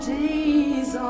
days